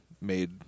made